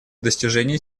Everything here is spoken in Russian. достижение